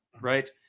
right